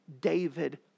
David